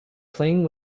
playing